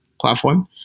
platform